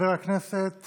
חבר הכנסת